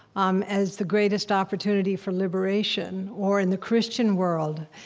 um as the greatest opportunity for liberation, or, in the christian world,